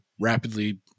rapidly